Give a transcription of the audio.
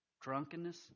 drunkenness